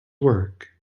work